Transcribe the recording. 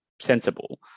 sensible